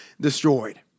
destroyed